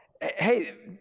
hey